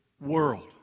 world